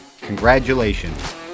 Congratulations